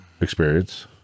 experience